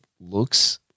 looks